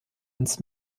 ins